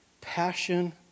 passion